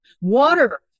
Water